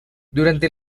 durante